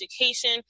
education